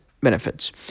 benefits